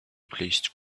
placed